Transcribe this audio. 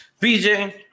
BJ